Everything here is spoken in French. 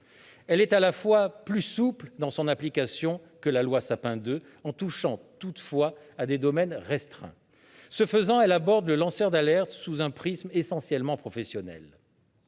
Elle est plus souple dans son application que la loi Sapin II, mais elle porte toutefois sur des domaines restreints. Ce faisant, elle aborde le lanceur d'alerte sous un prisme essentiellement professionnel.